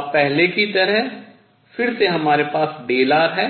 अब पहले की तरह फिर से हमारे पास Δr है